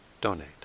donate